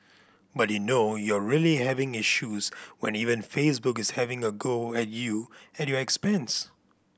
but you know you're really having issues when even Facebook is having a go at you at your expense